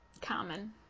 common